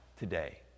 today